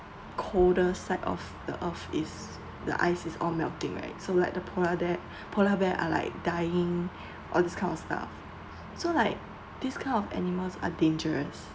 colder side of the earth is the ice is all melting right so like the polar there polar bear are like dying all this kind of stuff so like this kind of animals are danger